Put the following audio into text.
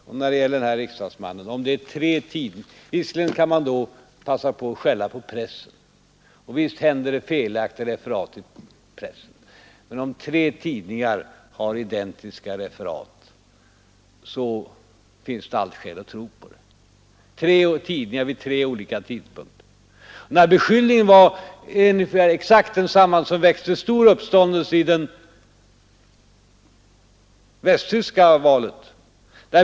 Och när det sedan gäller den här riksdagsmannen — visst kan man då passa på att skälla på pressen och visst förekommer det felaktiga referat i pressen, men om tre tidningar vid tre olika tidpunkter har identiska referat, finns det allt skäl att tro på dem. Beskyllningen var exakt densamma som väckte stor uppståndelse vid det västtyska valet.